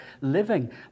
living